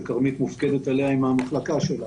שכרמית מופקדת עליה עם המחלקה שלה,